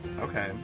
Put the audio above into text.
Okay